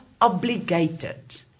obligated